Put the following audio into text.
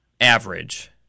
average